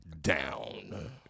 down